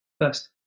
First